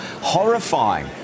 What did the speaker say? horrifying